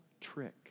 trick